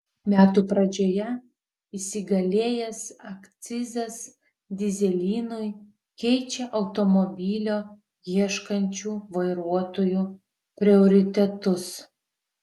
metų pradžioje įsigalėjęs akcizas dyzelinui keičia automobilio ieškančių vairuotojų prioritetus